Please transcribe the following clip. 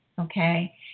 okay